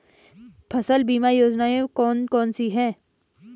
फसल बीमा योजनाएँ कौन कौनसी हैं?